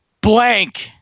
Blank